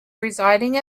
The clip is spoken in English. residing